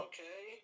Okay